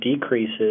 decreases